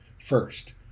First